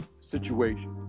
situation